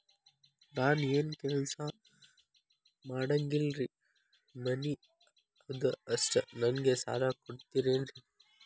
ನಾನು ಏನು ಕೆಲಸ ಮಾಡಂಗಿಲ್ರಿ ಮನಿ ಅದ ಅಷ್ಟ ನನಗೆ ಸಾಲ ಕೊಡ್ತಿರೇನ್ರಿ?